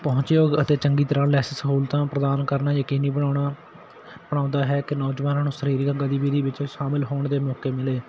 ਪਹੁੰਚਯੋਗ ਅਤੇ ਚੰਗੀ ਤਰ੍ਹਾਂ ਲੈੱਸ ਸਹੂਲਤਾਂ ਪ੍ਰਦਾਨ ਕਰਨਾ ਯਕੀਨੀ ਬਣਾਉਣਾ ਬਣਾਉਂਦਾ ਹੈ ਕਿ ਨੌਜਵਾਨਾਂ ਨੂੰ ਸਰੀਰਕ ਗਤੀਵਿਧੀ ਵਿੱਚ ਸ਼ਾਮਿਲ ਹੋਣ ਦੇ ਮੌਕੇ ਮਿਲੇ